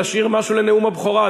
תשאיר משהו לנאום הבכורה,